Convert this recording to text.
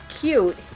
cute